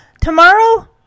Tomorrow